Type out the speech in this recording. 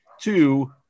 two